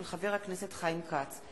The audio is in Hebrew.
של חבר הכנסת חיים כץ.